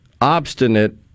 obstinate